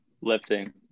Lifting